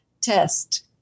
test